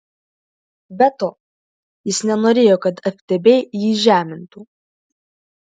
be to jis nenorėjo kad ftb jį žemintų